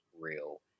real